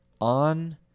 on